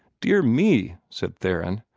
dear me! said theron.